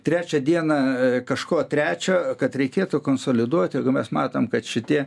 trečią dieną kažko trečio kad reikėtų konsoliduoti jeigu mes matom kad šitie